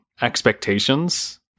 expectations